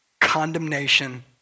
condemnation